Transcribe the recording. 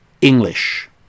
English